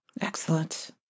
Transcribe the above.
Excellent